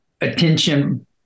attention